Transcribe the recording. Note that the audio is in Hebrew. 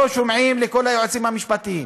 לא שומעים לכל היועצים המשפטיים,